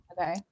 Okay